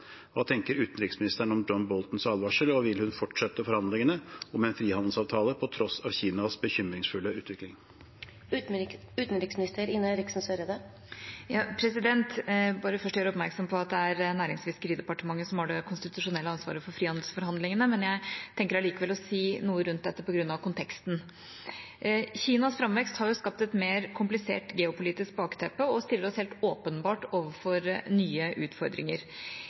Hva tenker utenriksministeren om John Boltons advarsel, og vil hun fortsette forhandlingene om en frihandelsavtale på tross av Kinas bekymringsfulle utvikling?» Jeg vil først gjøre oppmerksom på at det er Nærings- og fiskeridepartementet som har det konstitusjonelle ansvaret for frihandelsforhandlingene, men jeg tenker allikevel å si noe rundt dette på grunn av konteksten. Kinas framvekst har skapt et mer komplisert geopolitisk bakteppe og stiller oss helt åpenbart overfor nye utfordringer.